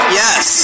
yes